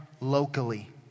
locally